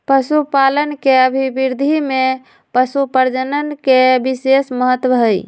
पशुपालन के अभिवृद्धि में पशुप्रजनन के विशेष महत्त्व हई